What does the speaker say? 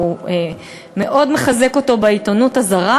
והוא מאוד מחזק אותו בעיתונות הזרה,